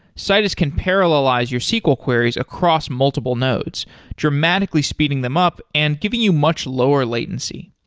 citus can parallelize your sql queries across multiple nodes dramatically speeding them up and giving you much lower latency.